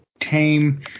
Tame